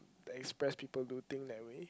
the express people do thing that way